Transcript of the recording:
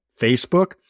Facebook